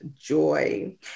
joy